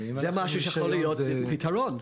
זה משהו שיכול להיות פיתרון.